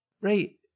Right